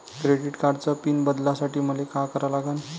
Credit कार्डाचा pin बदलासाठी मले का करा लागन?